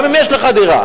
גם אם יש לך דירה.